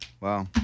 Wow